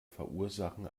verursachen